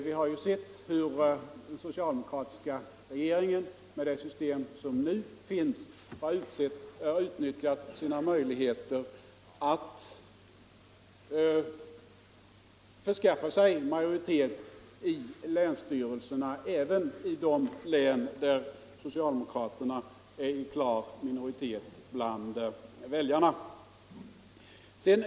Vi har ju sett hur den socialdemokratiska regeringen i enlighet med det system som nu finns har utnyttjat sina möjligheter att förskaffa sig majoritet i länsstyrelserna även i de län där socialdemokraterna är i klar minoritet bland väljarna.